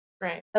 Right